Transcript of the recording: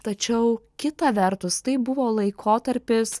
tačiau kita vertus tai buvo laikotarpis